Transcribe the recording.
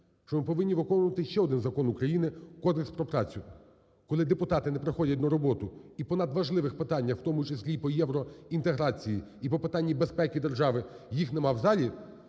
що ми повинні виконувати ще один Закон України – Кодекс про працю. Коли депутати не приходять на роботу і по надважливих питаннях, в тому числі і по євроінтеграції і по питаннях безпеки держави їх нема в залі,